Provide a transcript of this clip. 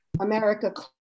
America